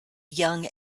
young